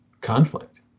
conflict